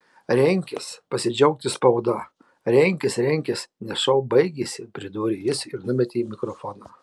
renkis pasidžiaugti spauda renkis renkis nes šou baigėsi pridūrė jis ir numetė mikrofoną